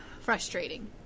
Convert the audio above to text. frustrating